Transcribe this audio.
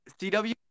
CW